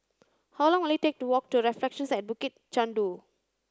how long will it take to walk to Reflections at Bukit Chandu